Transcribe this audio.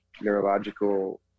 neurological